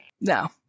no